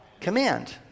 Command